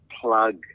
plug